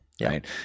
right